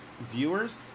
viewers